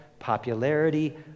popularity